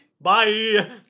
Bye